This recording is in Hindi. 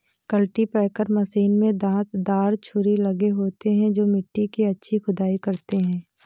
कल्टीपैकर मशीन में दांत दार छुरी लगे होते हैं जो मिट्टी की अच्छी खुदाई करते हैं